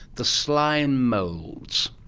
the slime moulds.